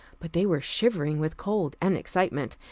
but they were shivering with cold and excitement,